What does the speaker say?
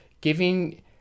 giving